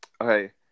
okay